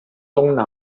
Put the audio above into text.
东南